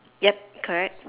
yup correct